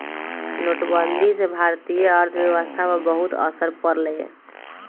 नोटबंदी से भारतीय अर्थव्यवस्था पर बहुत असर पड़ लय